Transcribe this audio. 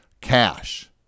cash